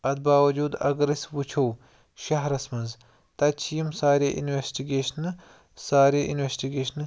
اَتھ باوجوٗد اگر أسۍ وُچھو شہرَس منٛز تَتہِ چھِ یِم سارے اِنویٚسٹِگیشنہٕ سارے اِنویٚسٹِگیشنہٕ